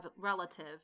relative